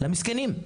למסכנים.